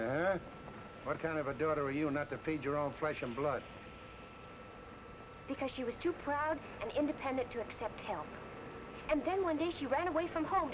mother has kind of a daughter you are not to feed your own flesh and blood because she was too proud independent to accept help and then one day she ran away from home